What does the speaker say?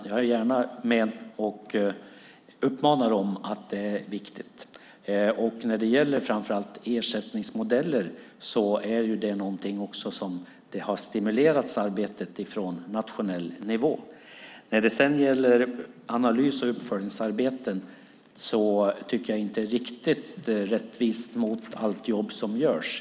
Jag är gärna med och uppmanar dem att förstå att detta är viktigt. Arbetet i fråga om ersättningsmodeller har stimulerats från nationell nivå. Sedan var det frågan om analys och uppföljningsarbeten. Det här är inte riktigt rättvist med tanke på allt jobb som görs.